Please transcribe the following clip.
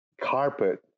carpet